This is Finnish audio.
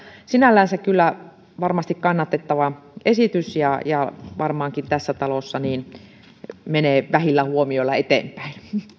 sinällänsä kyllä varmasti kannatettava esitys ja ja varmaankin tässä talossa menee vähillä huomioilla eteenpäin